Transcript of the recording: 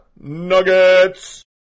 Nuggets